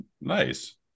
Nice